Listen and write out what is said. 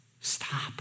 stop